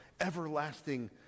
everlasting